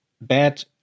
bad